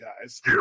guys